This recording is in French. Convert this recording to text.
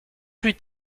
plus